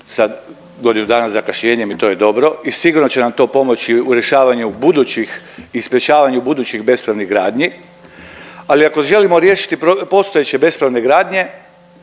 sa godinu dana zakašnjenjem i to je dobro i sigurno će nam to pomoći u rješavanju budućih i sprječavanju budućih bespravnih gradnji, ali ako želimo riješiti postojeće bespravne gradnje